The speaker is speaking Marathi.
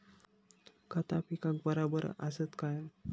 खता पिकाक बराबर आसत काय?